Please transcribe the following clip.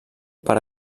per